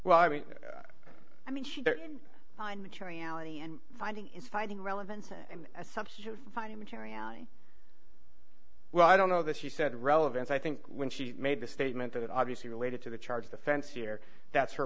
well i mean i mean she didn't find materiality and finding is finding relevance and a substitute finding materiality well i don't know that she said relevance i think when she made the statement that it obviously related to the charge of the fence here that's her